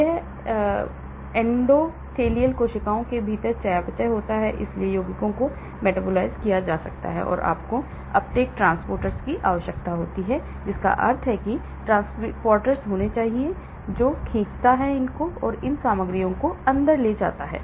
यह चीज का प्रकार नहीं है और एंडोथेलियल कोशिकाओं के भीतर चयापचय होता है इसलिए यौगिकों को मेटाबोलाइज किया जा सकता है और आपको अपट्रैक ट्रांसपोर्टर्स की आवश्यकता होती है जिसका अर्थ है कि ट्रांसपोर्टर्स होना चाहिए जो खींचता है इन सामग्रियों को अंदर ले जाता है